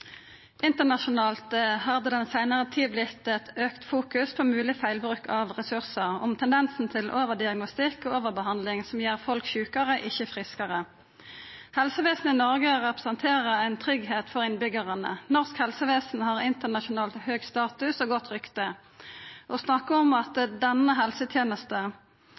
Internasjonalt har det den seinare tida vorte eit auka fokus på mogleg feilbruk av ressursar, på tendensen til overdiagnostikk og overbehandling som gjer folk sjukare, ikkje friskare. Helsevesenet i Noreg representerer ein tryggheit for innbyggjarane, norsk helsevesen har internasjonalt høg status og godt rykte. Å snakka om at denne